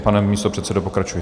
Pane místopředsedo, pokračujte.